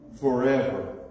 forever